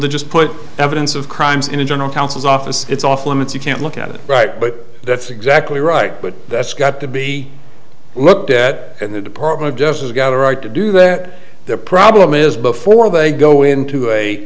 to just put evidence of crimes in the general counsel's office it's off limits you can't look at it right but that's exactly right but that's got to be looked at and the department of justice got a right to do that their problem is before they go into a